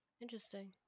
Interesting